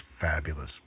fabulous